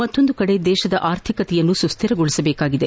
ಮತ್ತೊಂದು ಕಡೆ ದೇಶದ ಅರ್ಥಿಕತೆಯನ್ನು ಸುಕ್ವಿರಗೊಳಿಸಬೇಕಿದೆ